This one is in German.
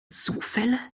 zufälle